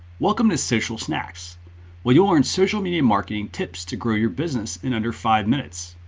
welcome to social snacks where you ll learn social media marketing tips to grow your business in under five minutes.